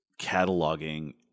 cataloging